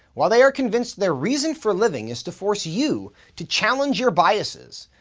while they are convinced their reason for living is to force you to challenge your biases,